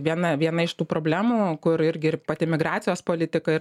viena viena iš tų problemų kur irgi ir pati imigracijos politika ir